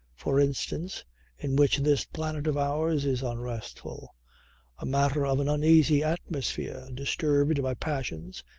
for instance in which this planet of ours is unrestful a matter of an uneasy atmosphere disturbed by passions,